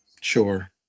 Sure